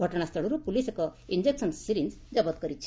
ଘଟଣାସ୍ଥଳରୁ ପୁଲିସ୍ ଏକ injection syringe ଜବତ କରିଛି